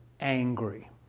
angry